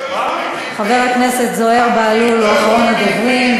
חבר הכנסת זוהיר בהלול הוא אחרון הדוברים,